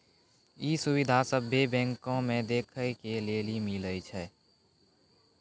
इ सुविधा सभ्भे बैंको मे देखै के लेली मिलै छे